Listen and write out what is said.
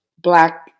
black